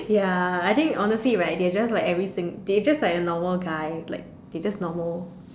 ya I think honestly right they are just like every single they just like normal guy like they are just normal